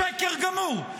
שקר גמור.